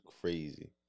crazy